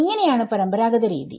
ഇങ്ങനെയാണ് പരമ്പരാഗത രീതി